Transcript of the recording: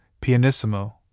Pianissimo